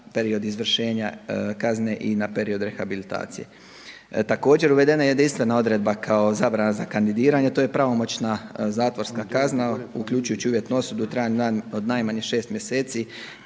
na period izvršenja kazne i na period rehabilitacije. Također, uvedena je jedinstvena odredba kao zabrana za kandidiranje, a to je pravomoćna zatvorska kazna uključujući uvjetnu osudu u trajanju od najmanje 6 mjeseci